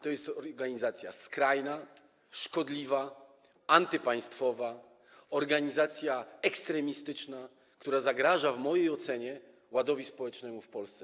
To jest organizacja skrajna, szkodliwa, antypaństwowa, organizacja ekstremistyczna, która zagraża, w mojej ocenie, ładowi społecznemu w Polsce.